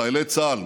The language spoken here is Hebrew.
חיילי צה"ל,